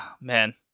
man